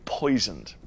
poisoned